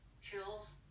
chills